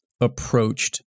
approached